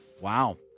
Wow